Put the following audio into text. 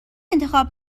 انتخاب